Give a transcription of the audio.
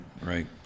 right